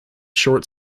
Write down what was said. short